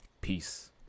Peace